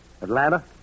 Atlanta